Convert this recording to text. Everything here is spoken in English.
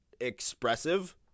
expressive